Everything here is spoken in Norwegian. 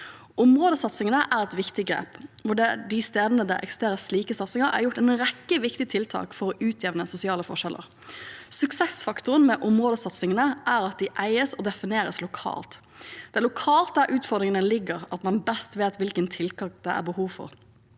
Områdesatsingene er et viktig grep, og på de stedene der det eksisterer slike satsinger, er det gjort en rekke viktige tiltak for å utjevne sosiale forskjeller. Suksessfaktoren med områdesatsingene er at de eies og defineres lokalt. Det er lokalt, der utfordringene ligger, man vet best hvilke tiltak det er behov for.